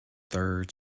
third